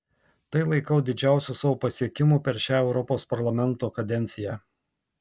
tai laikau didžiausiu savo pasiekimu per šią europos parlamento kadenciją